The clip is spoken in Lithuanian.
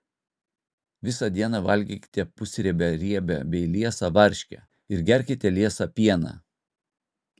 visą dieną valgykite pusriebę riebią bei liesą varškę ir gerkite liesą pieną